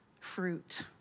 fruit